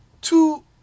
two